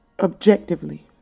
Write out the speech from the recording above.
objectively